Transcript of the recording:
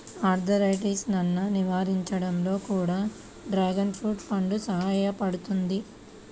ఆర్థరైటిసన్ను నివారించడంలో కూడా డ్రాగన్ ఫ్రూట్ పండు సహాయపడుతుంది